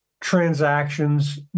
transactions